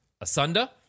asunder